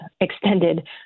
extended